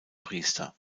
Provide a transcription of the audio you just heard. priester